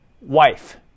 wife